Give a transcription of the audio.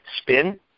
SPIN